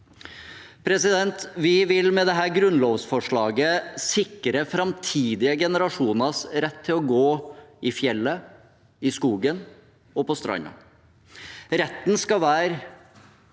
beskyttelse. Vi vil med dette grunnlovsforslaget sikre framtidige generasjoners rett til å gå i fjellet, i skogen og på stranda. Retten skal være